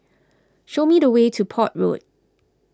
show me the way to Port Road